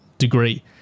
degree